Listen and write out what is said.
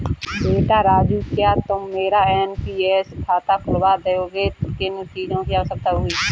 बेटा राजू क्या तुम मेरा एन.पी.एस खाता खुलवा दोगे, किन चीजों की आवश्यकता होगी?